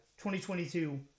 2022